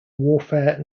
warfare